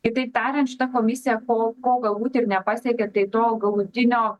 kitaip tariant šita komisija ko ko galbūt ir nepasiekė tai to galutinio